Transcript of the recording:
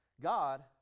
God